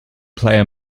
player